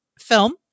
film